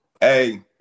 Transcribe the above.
Hey